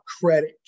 credit